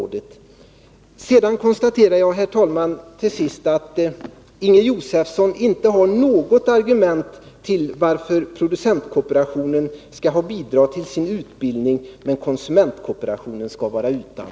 Till sist konstaterar jag, herr talman, att Inger Josefsson inte har något argument för att producentkooperationen skall ha bidrag till sin utbildning, men konsumentkooperationen skall vara utan.